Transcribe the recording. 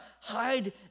hide